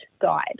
guide